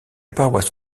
paroisse